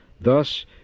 Thus